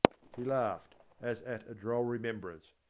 he laughed, as at a droll remembrance.